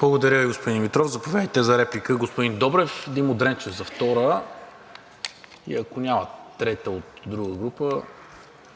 Благодаря Ви, господин Димитров. Заповядайте за реплика – господин Добрев, Димо Дренчев – за втора, и ако няма трета от друга група,